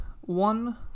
one